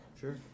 Sure